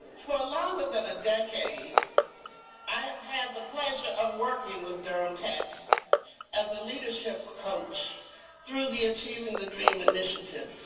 for longer than a decade i have had the pleasure of working with durham tech as a leadership coach through the achieving the dream initiative.